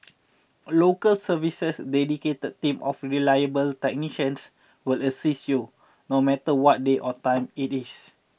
local service's dedicated team of reliable technicians will assist you no matter what day or time it is